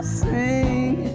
sing